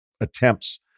attempts